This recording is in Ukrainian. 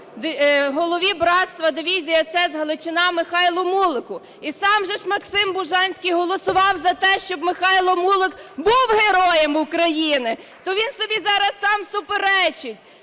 голові братства дивізії СС "Галичина" Михайлу Мулику. І сам же ж Максим Бужанський голосував за те, щоб Михайло Мулик був Героєм України! То він собі зараз сам суперечить!